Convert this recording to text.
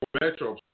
Metro